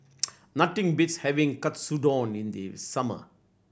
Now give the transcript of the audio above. nothing beats having Katsudon in the summer